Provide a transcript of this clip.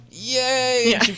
Yay